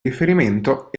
riferimento